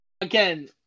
again